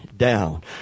down